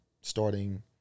starting